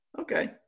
Okay